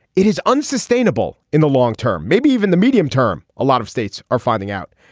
it is unsustainable in the long term maybe even the medium term. a lot of states are finding out.